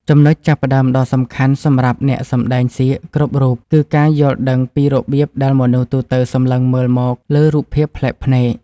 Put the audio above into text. ចំណុចចាប់ផ្តើមដ៏សំខាន់សម្រាប់អ្នកសម្តែងសៀកគ្រប់រូបគឺការយល់ដឹងពីរបៀបដែលមនុស្សទូទៅសម្លឹងមើលមកលើរូបភាពប្លែកភ្នែក។